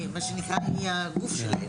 היא הגוף.